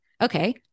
Okay